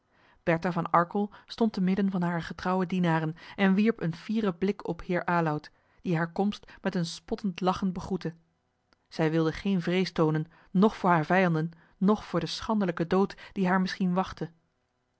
bertha van arkel stond te midden van hare getrouwe dienaren en wierp een fieren blik op heer aloud die hare komst met een spottend lachen begroette zij wilde geen vrees toonen noch voor hare vijanden noch voor den schandelijken dood die haar misschien wachtte